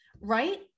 right